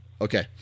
Okay